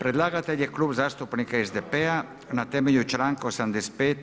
Predlagatelj je Klub zastupnika SDP-a na temelju članka 85.